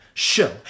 show